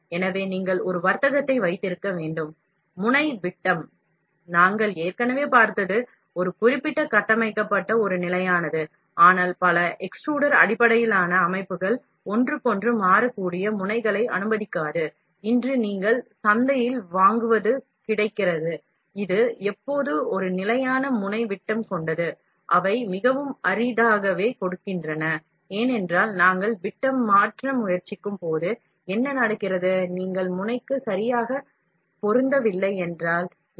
முனை விட்டம் ஒரு குறிப்பிட்ட கட்டமைப்பிற்கு முனை நிலையானது என்பதை நாம் ஏற்கனவே பார்த்தோம் ஆனால் பல எக்ஸ்ட்ரூடர் அடிப்படையிலான அமைப்புகள் ஒன்றுக்கொன்று மாறக்கூடிய முனைகளை அனுமதிக்காது சந்தையில் மிகவும் அரிதாகவே ஒன்றுக்கொன்று மாறக்கூடிய முனைகளை கொடுக்கின்றன ஏனென்றால் நாம் விட்டம் மாற்ற முயற்சிக்கும்போது என்ன நடக்கிறது நீங்கள் முனைக்கு சரியாக பொருத்தவில்லை என்றால்